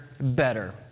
better